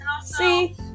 See